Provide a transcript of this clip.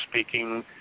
speaking